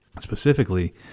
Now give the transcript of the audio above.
Specifically